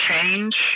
change